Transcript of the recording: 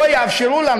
לא יאפשרו לנו,